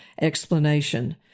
explanation